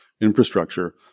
infrastructure